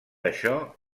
això